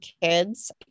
kids